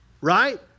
Right